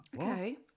Okay